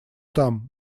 там